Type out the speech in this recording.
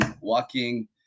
walking